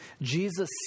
Jesus